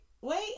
Wait